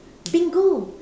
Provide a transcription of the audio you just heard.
bingo